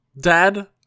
dad